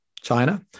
China